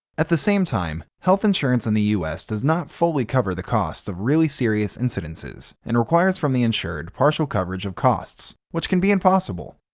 at the same time, health insurance in the us does not fully cover the costs of really serious incidents, and requires from the insured partial coverage of costs, which can be impossible.